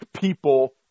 people